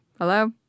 Hello